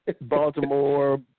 Baltimore